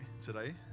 today